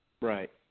Right